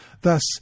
Thus